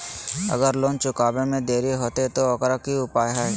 अगर लोन चुकावे में देरी होते तो ओकर की उपाय है?